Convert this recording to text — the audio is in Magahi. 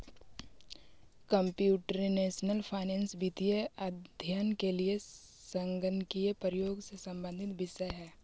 कंप्यूटेशनल फाइनेंस वित्तीय अध्ययन के लिए संगणकीय प्रयोग से संबंधित विषय है